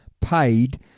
paid